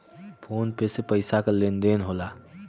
phone पे से पइसा क लेन देन होला